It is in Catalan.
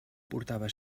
portava